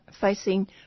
facing